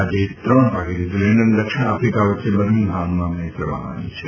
આજે ત્રણ વાગે ન્યૂઝીલેન્ડ અને દક્ષિણ આફિકા વચ્ચે બર્મિંગહામમાં મેચ રમાશે